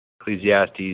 Ecclesiastes